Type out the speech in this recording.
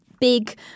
big